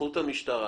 לזכות המשטרה